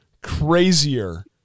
crazier